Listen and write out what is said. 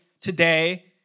today